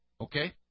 okay